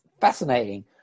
Fascinating